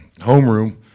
homeroom